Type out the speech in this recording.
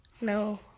No